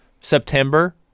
September